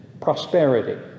prosperity